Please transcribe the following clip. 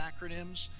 acronyms